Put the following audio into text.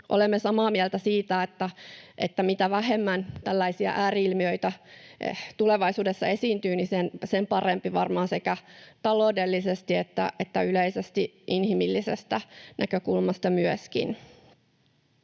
olemme samaa mieltä siitä, että mitä vähemmän tällaisia ääri-ilmiöitä tulevaisuudessa esiintyy, niin sen parempi varmaan sekä taloudellisesti että yleisesti inhimillisestä näkökulmasta.